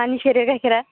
मानि सेरो गाइखेरा